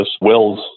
wills